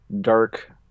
dark